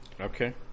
Okay